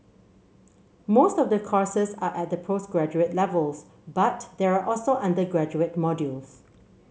most of the courses are at the postgraduate levels but there are also undergraduate modules